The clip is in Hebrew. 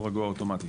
לא רגוע אוטומטית.